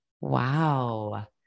Wow